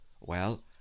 Well